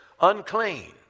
unclean